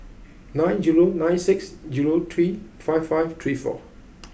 nine zero nine six zero three five five three four